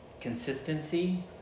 consistency